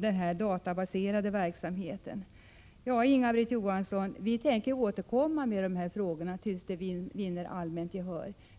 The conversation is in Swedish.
den databaserade verksamheten. Jag kan — Prot. 1986/87:122 säga till henne att vi kommer att återkomma till dessa frågor till dess vårt 13 maj 1987 förslag vinner allmänt gehör.